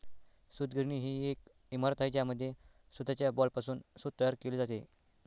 सूतगिरणी ही एक इमारत आहे ज्यामध्ये सूताच्या बॉलपासून सूत तयार केले जाते